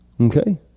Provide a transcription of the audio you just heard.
Okay